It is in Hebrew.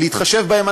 להתחשב בהם,